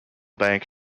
bank